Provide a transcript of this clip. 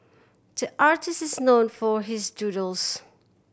the artists is known for his doodles